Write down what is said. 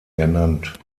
ernannt